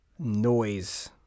Noise